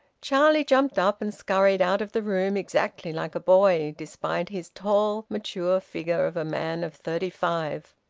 charlie jumped up and scurried out of the room exactly like a boy, despite his tall, mature figure of a man of thirty-five.